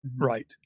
Right